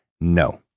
no